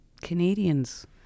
Canadians